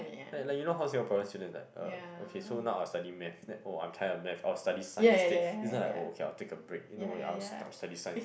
eh like you know how Singaporean students like uh okay so now I study math then oh I'm tired of math I'll study science instead this one like oh okay I'll take a break you know I'll I'll study science